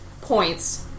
points